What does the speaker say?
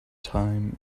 time